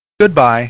Goodbye